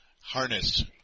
harness